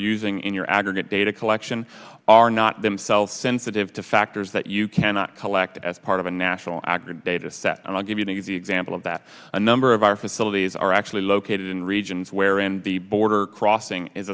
using in your aggregate data collection are not themselves sensitive to factors that you cannot collect as part of a national aggregate data set and i'll give you an easy example of that a number of our facilities are actually located in regions where in the border crossing is